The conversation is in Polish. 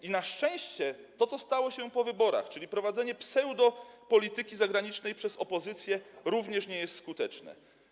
I na szczęście to, co stało się po wyborach, czyli prowadzenie pseudopolityki zagranicznej przez opozycję, również nie jest skuteczne.